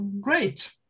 great